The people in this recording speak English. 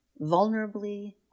vulnerably